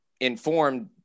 informed